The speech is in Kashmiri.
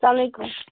السلام علیکُم